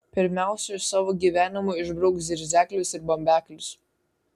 pirmiausia iš savo gyvenimo išbrauk zirzeklius ir bambeklius